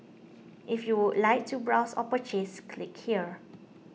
if you would like to browse or purchase click here